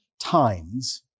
times